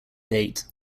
date